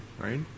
right